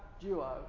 duo